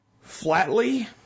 Flatly